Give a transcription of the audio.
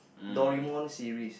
Doraemon series